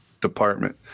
department